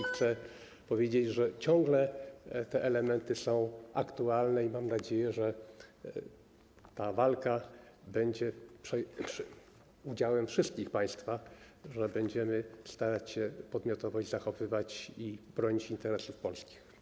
Chcę powiedzieć, że te elementy ciągle są aktualne, i mam nadzieję, że ta walka będzie udziałem wszystkich państwa, że będziemy starać się podmiotowość zachowywać i bronić interesów polskich.